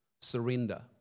surrender